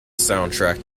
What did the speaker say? soundtrack